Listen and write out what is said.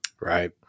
Right